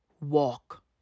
Walk